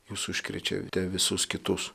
jūs užkrečiate visus kitus